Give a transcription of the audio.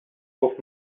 گفت